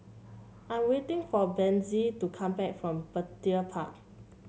I'm waiting for Bethzy to come back from Petir Park